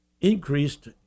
increased